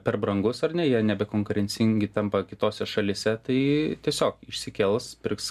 per brangus ar ne jie nebekonkurencingi tampa kitose šalyse tai tiesiog išsikels pirks